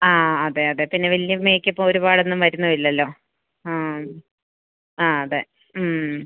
ആ അതെ അതെ പിന്നെ വലിയ മേക്കപ്പ് ഒരുപാടൊന്നും വരുന്നുമില്ലല്ലോ ആം ആ അതെ മ്